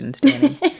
Danny